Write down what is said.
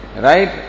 right